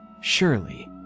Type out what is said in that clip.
Surely